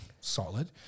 solid